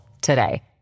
today